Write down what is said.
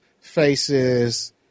faces